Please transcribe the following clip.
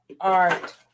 art